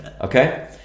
Okay